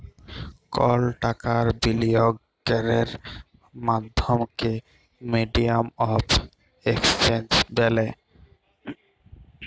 call টাকার বিলিয়গ ক্যরের মাধ্যমকে মিডিয়াম অফ এক্সচেঞ্জ ব্যলে